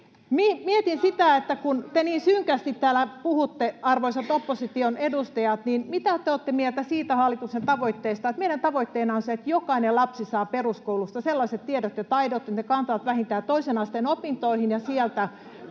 Mietin sitä, että kun te niin synkästi täällä puhutte, arvoisat opposition edustajat, niin mitä te olette mieltä siitä hallituksen tavoitteesta, että meidän tavoitteena on se, että jokainen lapsi saa peruskoulusta sellaiset tiedot ja taidot, että ne kantavat vähintään toisen asteen opintoihin ja sieltä